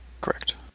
Correct